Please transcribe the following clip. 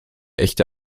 echte